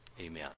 Amen